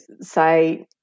say